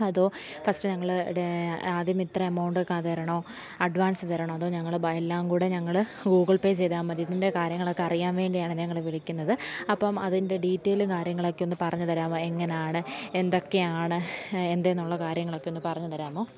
അതോ ഫസ്റ്റ് ഞങ്ങൾ ഡേ ആദ്യം ഇത്ര എമൗണ്ട് തരണോ അഡ്വാൻസ് തരണോ അതോ ഞങ്ങൾ എല്ലാംകൂടെ ഞങ്ങൾ ഗൂഗിൾ പേ ചെയ്താൽ മതിയോ ഇതിൻ്റെ കാര്യങ്ങളൊക്കെ അറിയാൻ വേണ്ടിയാണ് ഞങ്ങൾ വിളിക്കുന്നത് അപ്പം അതിൻറെ ഡീറ്റെയിൽ കാര്യങ്ങളൊക്കെ ഒന്ന് പറഞ്ഞുതരാമോ എങ്ങനെയാണ് എന്തൊക്കെയാണ് എന്ത് എന്നുള്ള കാര്യങ്ങളൊക്കെ ഒന്ന് പറഞ്ഞ് തരാമോ